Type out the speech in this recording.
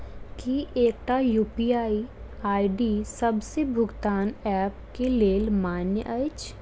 की एकटा UPI ID डी सबटा भुगतान ऐप केँ लेल मान्य अछि?